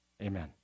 Amen